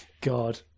God